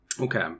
Okay